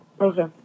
Okay